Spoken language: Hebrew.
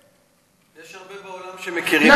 יש הרבה בעולם שמכירים בזה.